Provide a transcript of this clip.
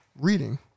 reading